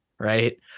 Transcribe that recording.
Right